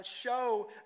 show